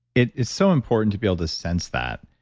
it is so important to be able to sense that.